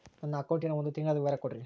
ನನ್ನ ಅಕೌಂಟಿನ ಒಂದು ತಿಂಗಳದ ವಿವರ ಕೊಡ್ರಿ?